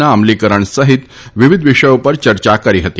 ના અમલીકરણ સહિત વિવિધ વિષયો પર યર્યા કરી હતી